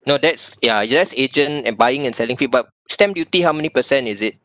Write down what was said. no that's ya just agent and buying and selling fee but stamp duty how many percent is it